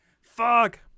Fuck